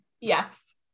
yes